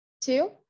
Two